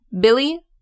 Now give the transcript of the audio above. Billy